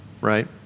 right